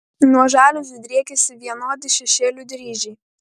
nuo žaliuzių driekiasi vienodi šešėlių dryžiai